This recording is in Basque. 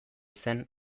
zen